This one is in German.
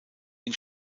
ihn